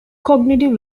cognitive